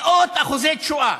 מאות אחוזי תשואה.